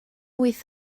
wyth